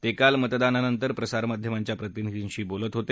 ते काल मतदानानंतर प्रसारमाध्यमांच्या प्रतिनिधींशी बोलत होते